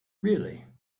really